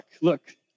look